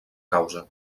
causa